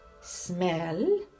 smell